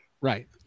Right